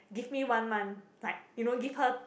give me one month like you know give her